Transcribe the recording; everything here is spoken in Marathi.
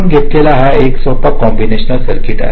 आपण घेतलेला हा एक सोपा कॉम्बिनेशनल सर्किट आहे